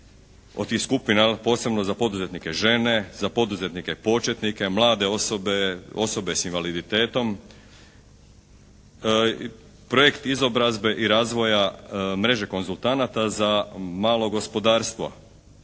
od tih skupina posebno za poduzetnike žene, za poduzetnike početnike, mlade osobe, osobe s invaliditetom, projekt izobrazbe i razvoja mreže konzultanata za malo gospodarstvo.